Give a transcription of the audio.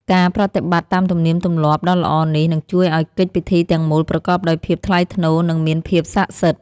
ការប្រតិបត្តិតាមទំនៀមទម្លាប់ដ៏ល្អនេះនឹងជួយឱ្យកិច្ចពិធីទាំងមូលប្រកបដោយភាពថ្លៃថ្នូរនិងមានភាពស័ក្តិសិទ្ធិ។